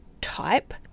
type